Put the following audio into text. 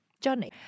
Johnny